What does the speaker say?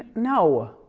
no.